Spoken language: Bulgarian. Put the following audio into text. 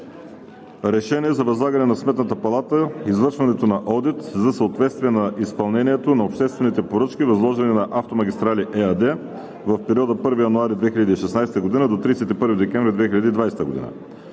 РЕШЕНИЕ за възлагане на Сметната палата извършването на одит за съответствие на изпълнението на обществените поръчки, възложени на „Автомагистрали“ ЕАД в периода от 1 януари 2016 г. до 31 декември 2020 г.